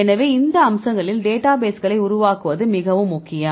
எனவே இந்த அம்சங்களில் டேட்டாபேஸ்களை உருவாக்குவது மிகவும் முக்கியம்